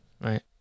Right